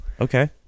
Okay